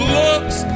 looks